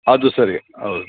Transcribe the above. ಅದೂ ಸರಿಯೇ ಹೌದು